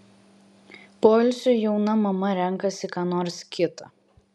poilsiui jauna mama renkasi ką nors kita